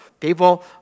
People